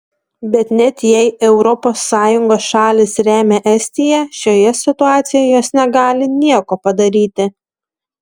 bet net jei europos sąjungos šalys remia estiją šioje situacijoje jos negali nieko padaryti